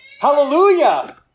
Hallelujah